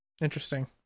Interesting